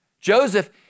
Joseph